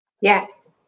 Yes